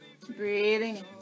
Breathing